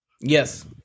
Yes